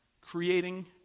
creating